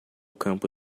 campo